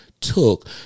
took